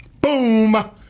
Boom